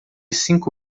cinco